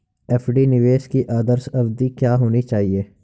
FD निवेश की आदर्श अवधि क्या होनी चाहिए?